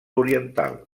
oriental